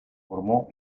formó